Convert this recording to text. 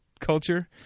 culture